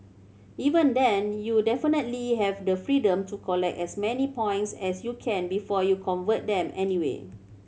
even then you definitely have the freedom to collect as many points as you can before you convert them anyway